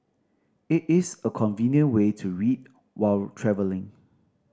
it is a convenient way to read while travelling